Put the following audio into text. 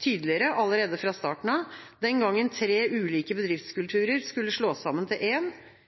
tydeligere tak i allerede fra starten av, den gangen tre ulike bedriftskulturer skulle slås sammen til